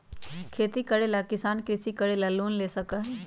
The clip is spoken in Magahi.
खेती करे वाला किसान कृषि करे ला लोन ले सका हई